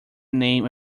name